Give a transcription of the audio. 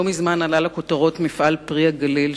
לא מזמן עלה לכותרות מפעל "פרי הגליל",